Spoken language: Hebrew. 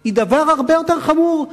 היא דבר הרבה יותר חמור,